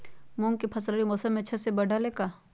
मूंग के फसल रबी मौसम में अच्छा से बढ़ ले का?